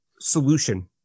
solution